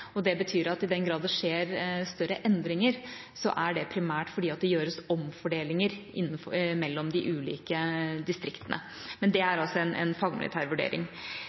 langtidsplanen. Det betyr at i den grad det skjer større endringer, er det primært fordi det gjøres omfordelinger mellom de ulike distriktene. Men det er altså en fagmilitær vurdering.